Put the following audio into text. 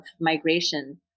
migration